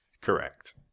Correct